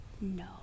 No